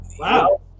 Wow